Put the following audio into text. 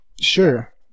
Sure